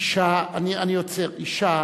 אשה, אני עוצר אשה